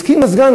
הוא התקין מזגן.